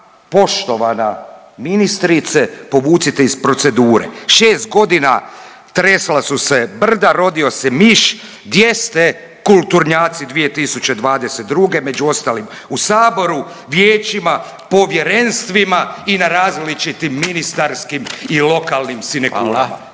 poštovana ministrice povucite iz procedure. 6 godina tresla su se brda, rodio se miš, gdje ste kulturnjaci 2022., među ostalim u saboru, vijećima, povjerenstvima i na različitim ministarskim i lokalnim sinekurama.